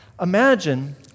Imagine